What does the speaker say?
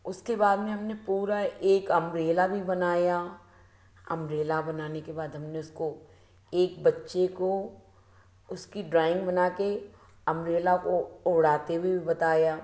उसके बाद में हमने पूरा एक अम्ब्रेला भी बनाया अम्ब्रेला बनाने के बाद हमने उसको एक बच्चे को उसकी ड्राइंग बनाके अम्ब्रेला को उड़ाते हुए भी बताया